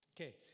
Okay